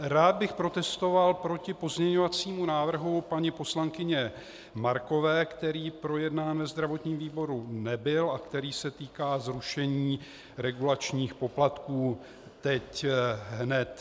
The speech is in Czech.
Rád bych ale protestoval proti pozměňovacímu návrhu paní poslankyně Markové, který projednán ve zdravotním výboru nebyl a který se týká zrušení regulačních poplatků teď hned.